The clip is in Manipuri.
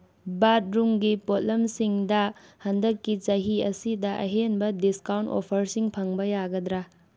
ꯕꯥꯠꯔꯨꯝꯒꯤ ꯄꯣꯠꯂꯝꯁꯤꯡꯗ ꯍꯟꯗꯛꯀꯤ ꯆꯍꯤ ꯑꯁꯤꯗ ꯑꯍꯦꯟꯕ ꯗꯤꯁꯀꯥꯎꯟ ꯑꯣꯐꯔꯁꯤꯡ ꯐꯪꯕ ꯌꯥꯒꯗ꯭ꯔꯥ